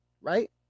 right